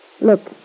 Look